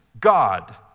God